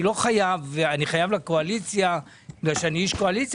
אני חייב לקואליציה בגלל שאני איש קואליציה